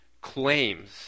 claims